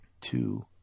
two